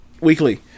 Weekly